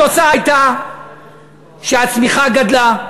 התוצאה הייתה שהצמיחה גדלה,